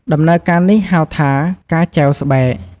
ដំណើរការនេះហៅថា "ការចែវស្បែក"។